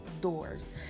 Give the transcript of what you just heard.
doors